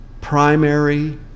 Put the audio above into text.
primary